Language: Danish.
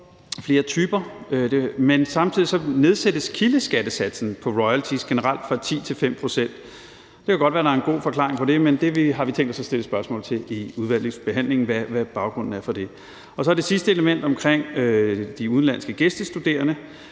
men samtidig nedsættes kildeskattesatsen på royalties generelt fra 10 til 5 pct. Det kan godt være, at der er en god forklaring på det, men det har vi tænkt os at stille spørgsmål til i udvalgsbehandlingen, altså hvad baggrunden er for det. Det sidste element er så omkring de udenlandske gæstestuderende,